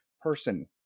person